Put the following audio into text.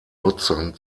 nutzern